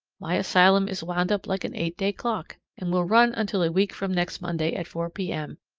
my asylum is wound up like an eight-day clock, and will run until a week from next monday at four p m,